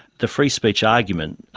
the free-speech argument,